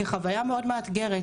כחוויה מאוד מאתגרת,